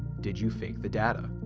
did you fake the data?